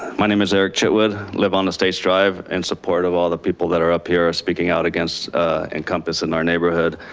my name is eric chitwood, live on estates drive and support of all the people that are up here speaking out against encompass in our neighborhood.